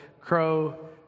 crow